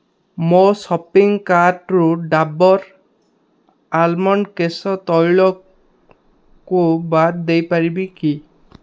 ମୋ ସପିଙ୍ଗ କାର୍ଟ୍ରୁ ଡାବର୍ ଆଲମଣ୍ଡ କେଶ ତୈଳକୁ ବାଦ ଦେଇପାରିବି କି